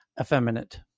effeminate